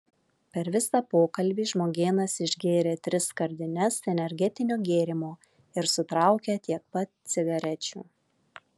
per visą pokalbį žmogėnas išgėrė tris skardines energetinio gėrimo ir sutraukė tiek pat cigarečių